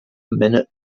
minute